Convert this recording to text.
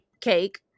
cake